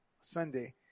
Sunday